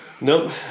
Nope